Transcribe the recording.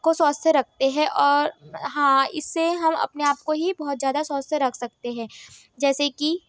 को स्वस्थ रखते हैं और हाँ इससे हम अपने आपको ही बहुत ज़्यादा स्वस्थ रख सकते हैं जैसे कि